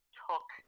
took